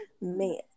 man